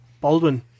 Baldwin